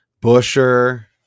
Busher